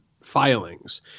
filings